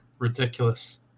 Ridiculous